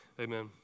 amen